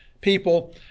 people